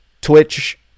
twitch